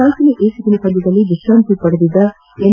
ನಾಲ್ಕನೇ ಏಕದಿನ ಪಂದ್ಯದಲ್ಲಿ ವಿಶ್ರಾಂತಿ ಪಡೆದಿದ್ದ ಎಂ